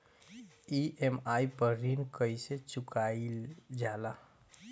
EMI पर ऋण कईसे चुकाईल जाला?